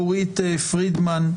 אורית פרידמן,